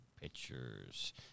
pictures